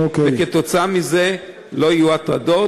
וכתוצאה מזה לא יהיו הטרדות.